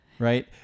Right